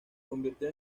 convirtió